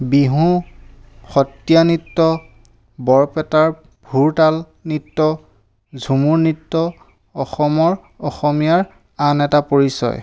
বিহু সত্ৰীয়া নৃত্য বৰপেটাৰ ভোৰতাল নৃত্য ঝুমুৰ নৃত্য অসমৰ অসমীয়াৰ আন এটা পৰিচয়